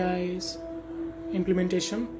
implementation